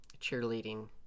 cheerleading